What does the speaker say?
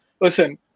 listen